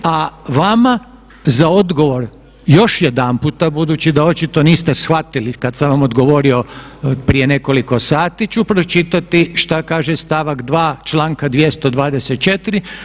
A vama za odgovor još jedanput budući da očito niste shvatio kad sam vam odgovorio prije nekoliko sati ću pročitati što kaže stavak 2. čl.224.